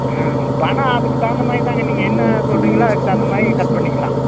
ஆஆ பணம் அதுக்கு தகுந்த மாதிரி தாங்க நீங்கள் என்ன சொல்கிறீங்களோ அதுக்கு தகுந்த மாதிரி நீங்கள் கட் பண்ணிக்கலாம்